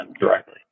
directly